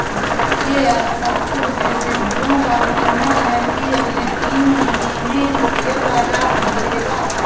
वित्तीय अर्थशास्त्र विशेषज्ञों का मानना है की अगले तीन महीने में शेयर बाजार गिरेगा